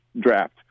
draft